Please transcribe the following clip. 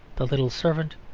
the little servant,